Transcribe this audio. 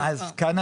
לבקש.